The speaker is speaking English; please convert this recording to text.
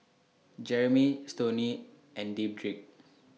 Jeremy Stoney and Dedric